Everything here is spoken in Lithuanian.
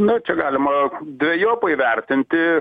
na čia galima dvejopai vertinti